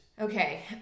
Okay